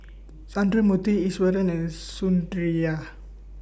Sundramoorthy Iswaran and Sundaraiah